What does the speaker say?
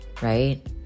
right